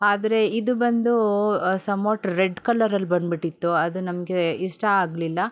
ಆದರೆ ಇದು ಬಂದು ಸಮ್ ವಾಟ್ ರೆಡ್ ಕಲರಲ್ಲಿ ಬಂದ್ಬಿಟ್ಟಿತ್ತು ಅದು ನಮಗೆ ಇಷ್ಟ ಆಗ್ಲಿಲ್ಲ